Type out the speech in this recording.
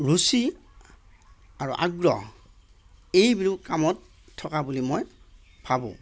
ৰুচি আৰু আগ্ৰহ এইবোৰ কামত থকা বুলি মই ভাবোঁ